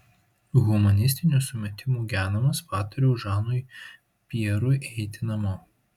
humanistinių sumetimų genamas patariau žanui pjerui eiti namo